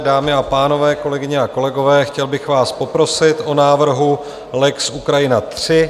Dámy a pánové, kolegyně a kolegové, chtěl bych vás poprosit o návrhu lex Ukrajina III.